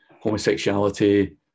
homosexuality